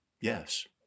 Yes